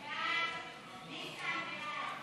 ההצעה להעביר